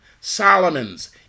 Solomon's